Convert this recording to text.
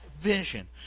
vision